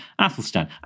Athelstan